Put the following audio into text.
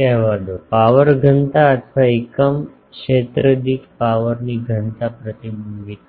કહેવા દો પાવર ઘનતા અથવા એકમ ક્ષેત્ર દીઠ પાવરની ઘનતા પ્રતિબિંબિત થાય છે